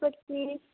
কী করছিস